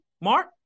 Mark